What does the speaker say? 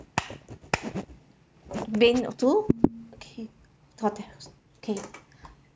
main two okay hotel okay